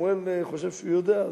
שמואל חושב שהוא יודע,